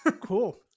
Cool